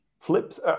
flips